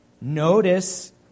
notice